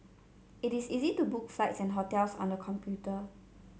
it is easy to book flights and hotels on the computer